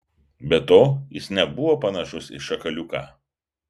be to jis nebuvo panašus į šakaliuką